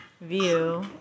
view